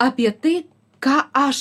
apie tai ką aš